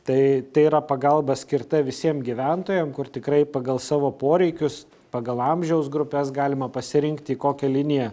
tai tai yra pagalba skirta visiem gyventojam kur tikrai pagal savo poreikius pagal amžiaus grupes galima pasirinkti į kokią liniją